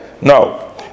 No